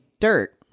Dirt